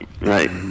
Right